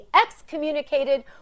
excommunicated